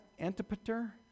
Antipater